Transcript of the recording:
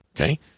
okay